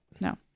No